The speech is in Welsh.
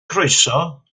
croeso